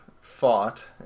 fought